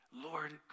Lord